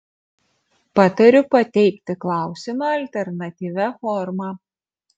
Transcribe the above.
patariu pateikti klausimą alternatyvia forma